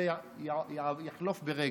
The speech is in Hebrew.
זה יחלוף ברגע.